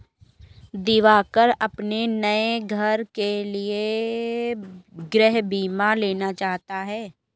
दिवाकर अपने नए घर के लिए गृह बीमा लेना चाहता है